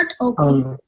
okay